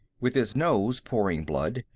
with his nose pouring blood,